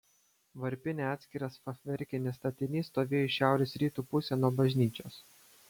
varpinė atskiras fachverkinis statinys stovėjo į šiaurės rytų pusę nuo bažnyčios